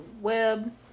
web